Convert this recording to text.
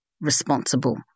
responsible